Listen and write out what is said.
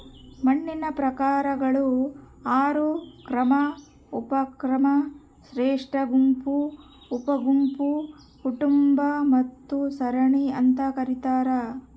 ಮಣ್ಣಿನ ಪ್ರಕಾರಗಳು ಆರು ಕ್ರಮ ಉಪಕ್ರಮ ಶ್ರೇಷ್ಠಗುಂಪು ಉಪಗುಂಪು ಕುಟುಂಬ ಮತ್ತು ಸರಣಿ ಅಂತ ಕರೀತಾರ